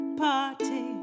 party